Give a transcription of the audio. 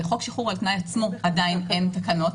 בחוק שחרור על תנאי עצמו עדיין אין תקנות